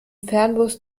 fernbus